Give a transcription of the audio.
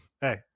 Hey